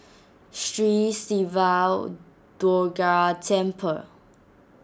Sri Siva Durga Temple